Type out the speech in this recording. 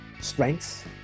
strengths